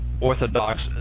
orthodox